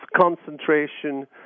concentration